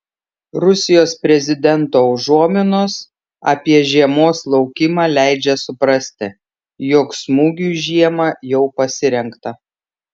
rusijos prezidento užuominos apie žiemos laukimą leidžia suprasti jog smūgiui žiemą jau pasirengta